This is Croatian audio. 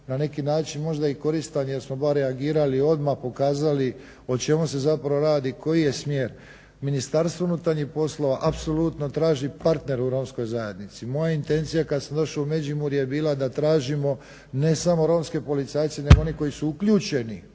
na neki način možda i koristan jer smo bar reagirali odmah, pokazali o čemu se zapravo radi, koji je smjer. Ministarstvo unutarnjih poslova apsolutno traži partnera u romskoj zajednici. Moja intencija kad sam došao u Međimurje je bila da tražimo ne samo romske policajce nego one koji su uključeni